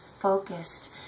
focused